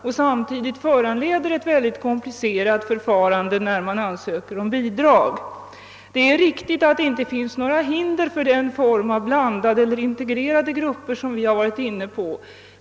Dessa normer föranleder ock så ett mycket komplicerat förfarande när man skall ansöka om bidrag. Det är riktigt att det inte finns några hinder för bidrag till den form av tillsyn för blandade eller integrerade grupper som vi tidigare talat om.